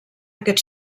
aquest